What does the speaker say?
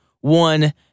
one